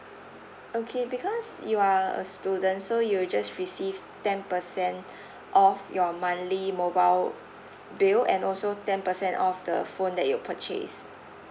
okay because you are a student so you'll just receive ten percent off your monthly mobile bill and also ten percent off the phone that you purchase